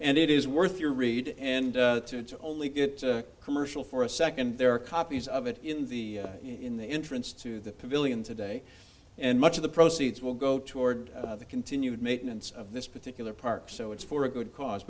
and it is worth your read and to only get a commercial for a second there are copies of it in the in the entrance to the pavillion today and much of the proceeds will go toward the continued maintenance of this particular park so it's for a good cause